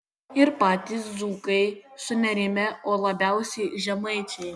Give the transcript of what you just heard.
ir patys dzūkai sunerimę o labiausiai žemaičiai